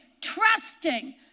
trusting